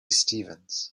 stevens